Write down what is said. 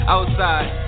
Outside